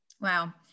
Wow